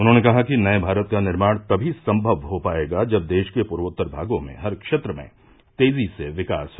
उन्होंने कहा कि नये भारत का निर्माण तभी संभव हो पाएगा जब देश के पूर्वोत्तर भागों में हर क्षेत्र में तेजी से विकास हो